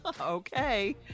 Okay